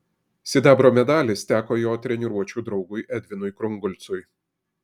sidabro medalis teko jo treniruočių draugui edvinui krungolcui